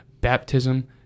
Baptism